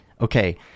Okay